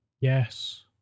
Yes